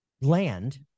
land